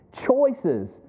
choices